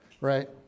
right